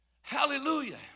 Hallelujah